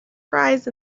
prize